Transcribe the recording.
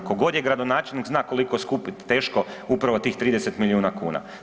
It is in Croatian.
Tko god je gradonačelnik zna koliko skupit teško upravo tih 30 milijuna kuna.